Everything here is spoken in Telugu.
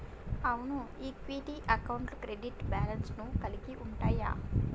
అవును ఈక్విటీ అకౌంట్లు క్రెడిట్ బ్యాలెన్స్ లను కలిగి ఉంటయ్యి